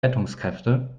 rettungskräfte